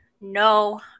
No